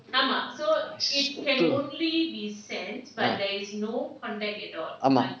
ஆமாம்:aamaam